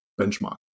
benchmark